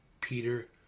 Peter